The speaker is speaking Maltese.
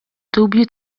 dubju